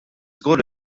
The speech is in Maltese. żgur